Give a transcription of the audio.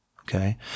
Okay